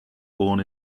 born